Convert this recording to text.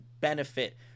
benefit